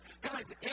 Guys